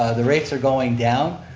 ah the rates are going down.